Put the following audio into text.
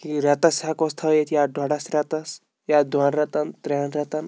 یہِ رٮ۪تَس ہٮ۪کہوس تھٔیِتھ یا ڈۄڈَس رٮ۪تَس یا دۄن رٮ۪تَن ترٛٮ۪ن رٮ۪تَن